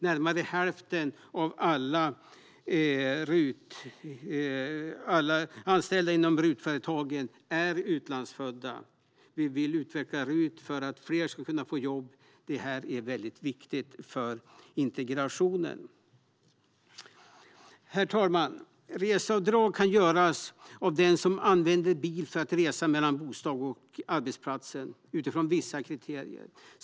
Närmare hälften av alla anställda inom RUT-företagen är utlandsfödda. Vi vill utveckla RUT för att fler ska kunna få jobb. Det här är väldigt viktigt för integrationen. Herr talman! Reseavdrag kan göras av den som använder bil för att resa mellan bostaden och arbetsplatsen utifrån vissa kriterier.